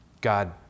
God